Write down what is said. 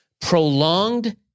prolonged